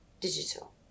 digital